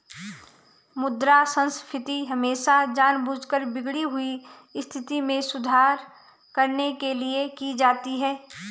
मुद्रा संस्फीति हमेशा जानबूझकर बिगड़ी हुई स्थिति में सुधार करने के लिए की जाती है